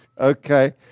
okay